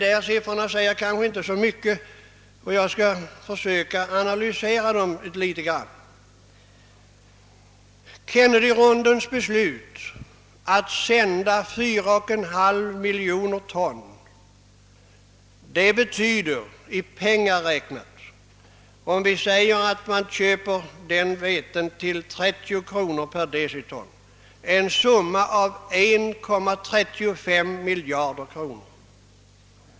Dessa siffror säger kanske inte i och för sig så mycket, och jag skall därför försöka analysera dem något. Beslutet i Kennedyronden att sända 4,5 miljoner ton livsmedel betyder i pengar räknat — om vi säger att man köper vete till 30 kronor per deciton — totalt 1,35 miljarder kronor.